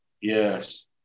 Yes